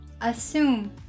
Assume